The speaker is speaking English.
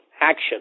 action